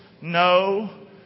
no